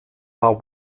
war